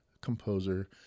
composer